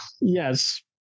Yes